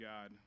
God